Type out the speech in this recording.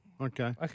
Okay